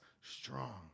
strong